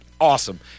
awesome